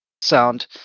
sound